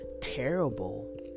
terrible